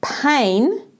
pain